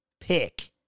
pick